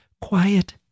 quiet